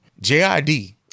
JID